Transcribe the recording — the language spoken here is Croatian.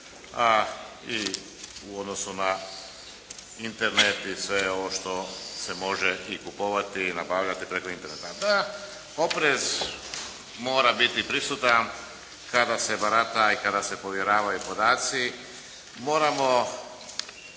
a i u odnosu na Internet i sve ovo što se može i kupovati i nabavljati preko Interneta. Da oprez mora biti prisutan kada se barata i kada se povjeravaju podaci, moramo